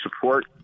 support